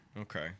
Okay